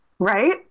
right